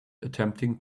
attempting